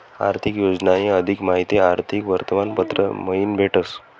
आर्थिक योजनानी अधिक माहिती आर्थिक वर्तमानपत्र मयीन भेटस